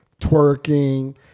Twerking